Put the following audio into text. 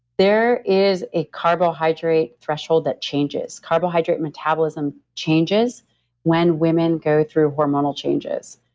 there is a carbohydrate threshold that changes. carbohydrate metabolism changes when women go through hormonal changes.